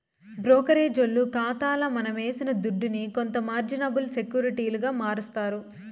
బ్రోకరేజోల్లు కాతాల మనమేసిన దుడ్డుని కొంత మార్జినబుల్ సెక్యూరిటీలుగా మారస్తారు